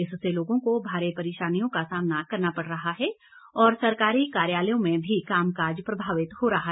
इससे लोगों को भारी परेशानियों का सामना करना पड़ रहा है और सरकारी कार्यालयों में भी काम काज प्रभावित हो रहा है